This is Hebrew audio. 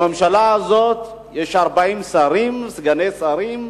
בממשלה הזאת יש 40 שרים וסגני שרים,